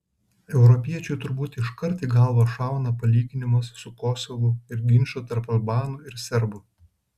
europiečiui turbūt iškart į galvą šauna palyginimas su kosovu ir ginču tarp albanų ir serbų